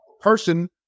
person